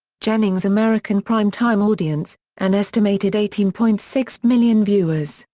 jennings' american prime-time audience, an estimated eighteen point six million viewers,